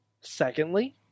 Secondly